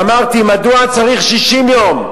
ואמרתי: מדוע צריך 60 יום?